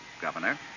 Governor